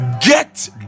get